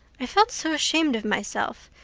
i felt so ashamed of myself.